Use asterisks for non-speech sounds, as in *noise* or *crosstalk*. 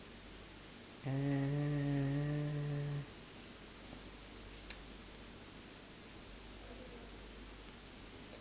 uh *noise*